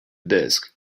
disk